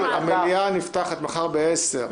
המליאה נפתחת מחר ב-10:00.